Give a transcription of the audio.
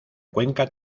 cuenca